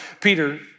Peter